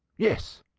yes,